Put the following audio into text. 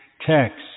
text